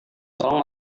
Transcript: tolong